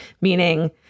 Meaning